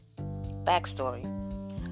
Backstory